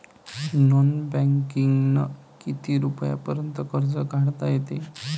Non बँकिंगनं किती रुपयापर्यंत कर्ज काढता येते?